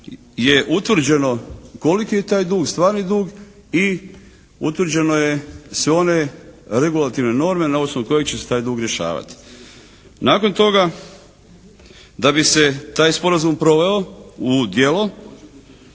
je utvrđeno koliki je taj dug, stvarni dug i utvrđeno je sve one regulativne norme na osnovi kojih će se taj dug rješavati. Nakon toga da bi se taj sporazum proveo u djelo